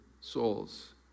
souls